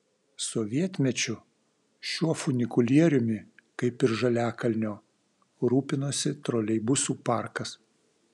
sovietmečiu šiuo funikulieriumi kaip ir žaliakalnio rūpinosi troleibusų parkas